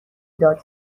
داد